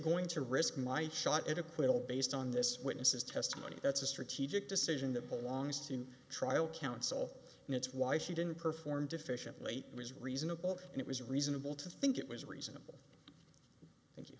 going to risk my shot at acquittal based on this witness's testimony that's a strategic decision that belongs to a trial counsel and that's why she didn't perform deficient late was reasonable and it was reasonable to think it was reasonable